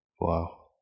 Wow